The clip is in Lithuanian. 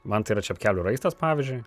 man tai yra čepkelių raistas pavyzdžiui